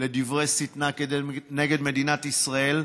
לדברי שטנה נגד מדינת ישראל,